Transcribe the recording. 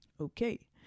okay